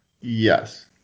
Yes